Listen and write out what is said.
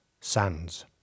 Sands